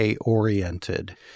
oriented